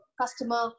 customer